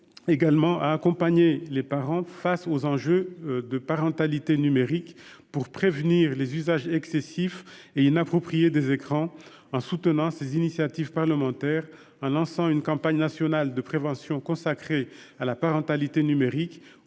également engagé à accompagner les parents face aux enjeux de parentalité numérique pour prévenir les usages excessifs et inappropriés des écrans, en soutenant ces initiatives parlementaires, en lançant une campagne nationale de prévention consacrée à la parentalité numérique